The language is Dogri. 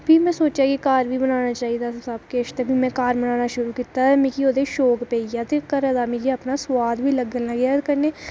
ते प्ही में सोचेआ कि घर बी बनाना चाहिदा ते किश में घर बनाना शुरू कीता ते ओह्दे च मिगी शौक पेई गेआ ते घरै दा मिगी सोआद भी पौन लग्गेआ ते कन्नै